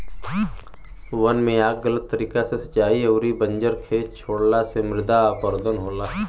वन में आग गलत तरीका से सिंचाई अउरी बंजर खेत छोड़ला से मृदा अपरदन होला